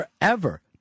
forever